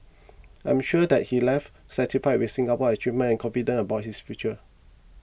I am sure that he left satisfied with Singapore's achievements and confident about his future